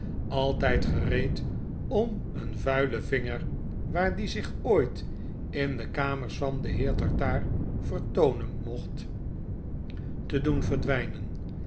altjjd gereed om een vuilen vinger waar die zich ooit in de kamers van den heer tartaar vertoonen mocht te doen verdwjjnen